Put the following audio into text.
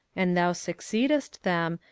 and thou succeedest them,